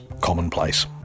commonplace